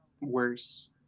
worse